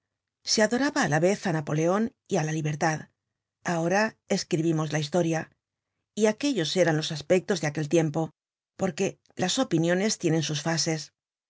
se adoraba á la vez á napoleon y á la libertad ahora escribimos la historia y aquellos eran los aspectos de aquel tiempo porque las opiniones tienen sus fases